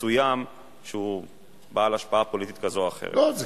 חודשיים ייתנו נתונים שמחייבים שינוי בחוק,